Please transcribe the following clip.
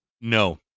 No